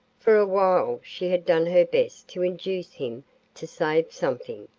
for a while she had done her best to induce him to save something,